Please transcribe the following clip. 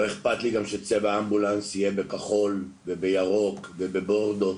לא אכפת לי גם שצבע האמבולנס יהיה בכחול ובירוק ובבורדו.